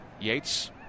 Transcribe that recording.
Yates